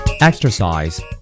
Exercise